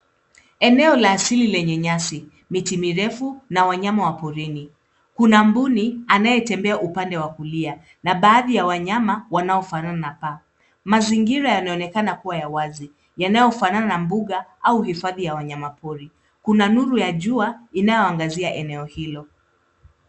Eneo la asili lenye nyasi, miti mirefu na wanyama wa porini. Kuna mbuni anayetembea upande wa kulia, na baadhi ya wanyama wanaofanana na paa. Mazingira yanaonekana kuwa ya wazi, yanayofanana na mbuga au hifadhi ya wanyama pori. Kuna nuru ya jua inayoangazia eneo hilo.